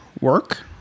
work